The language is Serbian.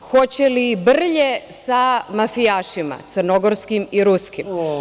Hoće li brlje sa mafijašima crnogorskim i ruskim?